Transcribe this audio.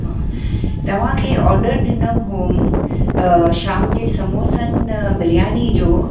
हा तव्हांखे ऑडर ॾिनमि हुयमि शाम जे समोसनि बिरयानी जो